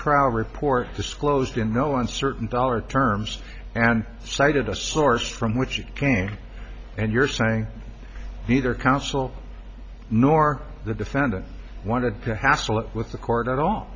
crowded report disclosed in no uncertain dollar terms and cited a source from which you came and you're saying neither counsel nor the defendant wanted to hassle with the court at all